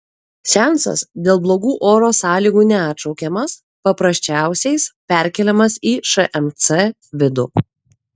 seansas dėl blogų oro sąlygų neatšaukiamas paprasčiausiais perkeliamas į šmc vidų